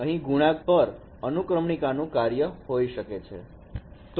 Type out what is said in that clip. અહીં ગુણાંક પર અનુક્રમણિકા નું કાર્ય હોઈ શકે છે